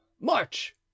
march